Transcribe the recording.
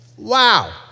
wow